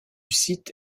site